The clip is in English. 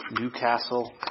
Newcastle